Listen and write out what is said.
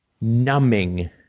numbing